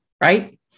right